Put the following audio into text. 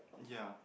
ya